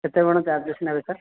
କେତେ କ'ଣ ଚାର୍ଜେସ୍ ନେବେ ସାର୍